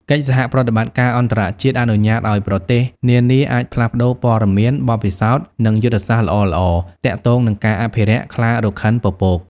កិច្ចសហប្រតិបត្តិការអន្តរជាតិអនុញ្ញាតឲ្យប្រទេសនានាអាច ផ្លាស់ប្តូរព័ត៌មាន បទពិសោធន៍ និងយុទ្ធសាស្ត្រល្អៗ ទាក់ទងនឹងការអភិរក្សខ្លារខិនពពក។